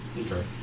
Okay